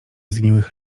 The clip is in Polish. zgniłych